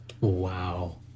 Wow